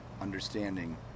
understanding